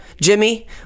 Jimmy